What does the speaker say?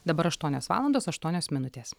dabar aštuonios valandos aštuonios minutės